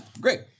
great